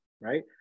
right